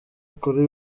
kuri